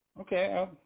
Okay